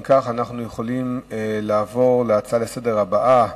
אם כך, אנחנו יכולים לעבור להצעות הבאות